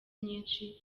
nyinshi